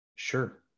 Sure